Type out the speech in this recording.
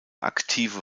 aktive